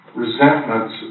resentments